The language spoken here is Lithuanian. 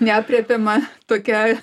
neaprėpiama tokia